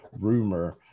rumor